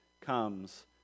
comes